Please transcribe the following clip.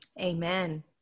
Amen